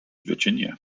virginia